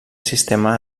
sistema